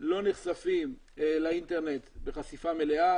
לא נחשפים לאינטרנט בחשיפה מלאה,